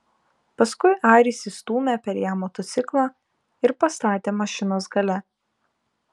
paskui airis įstūmė per ją motociklą ir pastatė mašinos gale